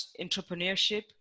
entrepreneurship